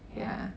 ya